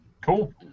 Cool